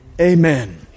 Amen